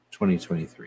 2023